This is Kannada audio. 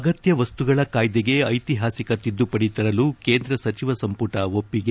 ಅಗತ್ಯ ಮಸ್ತುಗಳ ಕಾಯ್ದೆಗೆ ಐತಿಹಾಸಿಕ ತಿದ್ದುಪಡಿ ತರಲು ಕೇಂದ್ರ ಸಚಿವ ಸಂಮಟ ಒಪ್ಪಿಗೆ